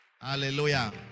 Hallelujah